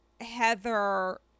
heather